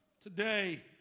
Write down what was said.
today